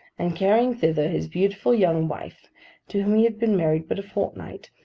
and carrying thither his beautiful young wife to whom he had been married but a fortnight,